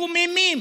מקוממים,